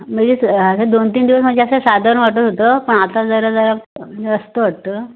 म्हणजे असं दोन तीन दिवस म्हणजे असं साधारण वाटत होतं पण आता जरा जरा जास्त वाटतं